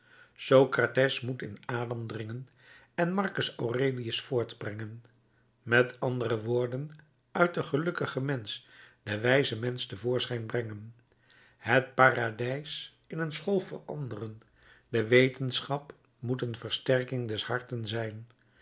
wezen socrates moet in adam dringen en marcus aurelius voortbrengen met andere woorden uit den gelukkigen mensch den wijzen mensch tevoorschijn brengen het paradijs in een school veranderen de wetenschap moet een versterking des harten zijn